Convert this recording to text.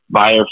buyer